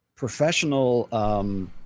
professional